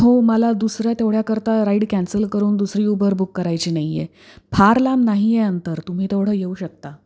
हो मला दुसऱ्या तेवढ्याकरता राईड कॅन्सल करून दुसरी उबर बुक करायची नाही आहे फार लांब नाही आहे अंतर तुम्ही तेवढं येऊ शकता